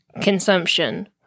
consumption